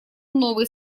новый